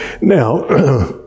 Now